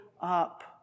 up